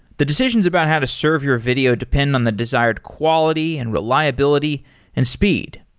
the decisions about how to serve your video depend on the desired quality and reliability and speed.